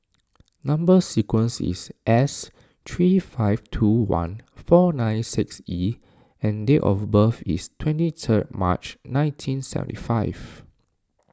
Number Sequence is S three five two one four nine six E and date of birth is twenty third March nineteen seventy five